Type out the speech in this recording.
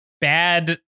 bad